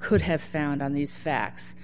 could have found on these facts